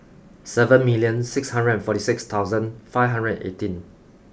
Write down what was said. seven million six hundred and forty six thousand five hundred and eighteen